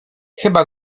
chyba